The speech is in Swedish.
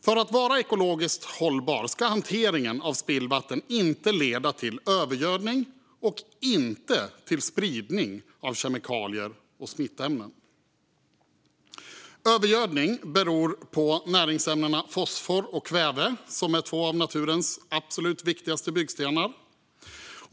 För att vara ekologiskt hållbar ska hanteringen av spillvatten inte leda till övergödning och inte till spridning av kemikalier och smittämnen. Övergödning beror på näringsämnena fosfor och kväve, som är två av naturens viktigaste byggstenar.